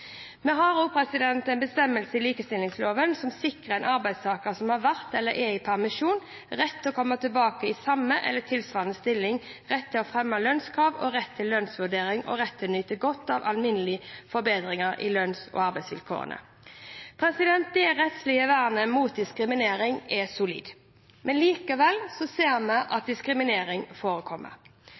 Vi har også en bestemmelse i likestillingsloven som sikrer en arbeidstaker som har vært eller er i permisjon, rett til å komme tilbake i samme eller tilsvarende stilling, rett til å fremme lønnskrav, rett til lønnsvurdering og rett til å nyte godt av alminnelige forbedringer i lønns- og arbeidsvilkårene. Det rettslige vernet mot diskriminering er solid. Likevel ser vi at diskriminering forekommer.